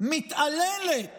מתעללת